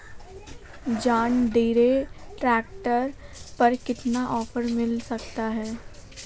John Deere tractor पर कितना offer मिल सकता है?